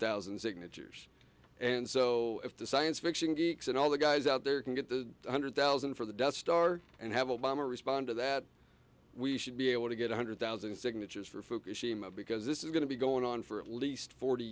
thousand signatures and so if the science fiction geeks and all the guys out there can get the one hundred thousand for the death star and have obama respond to that we should be able to get one hundred thousand signatures for fukushima because this is going to be going on for at least forty